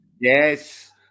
Yes